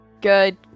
good